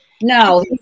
no